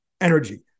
energy